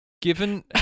Given